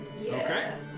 Okay